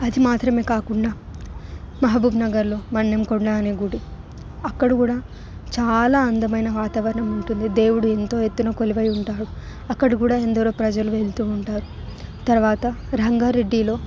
అది మాత్రమే కాకుండా మహబూబ్నగర్లో మన్నెంకొండా అనే గుడి అక్కడ కూడా చాలా అందమైన వాతావరణం ఉంటుంది దేవుడు ఎంతో ఎత్తున కొలువై ఉంటాడు అక్కడ కూడా ఎందరో ప్రజలు వెళ్తుంటారు తర్వాత రంగారెడ్డిలో